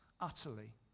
utterly